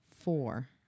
four